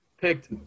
picked